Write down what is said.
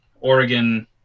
Oregon